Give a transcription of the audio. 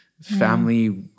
family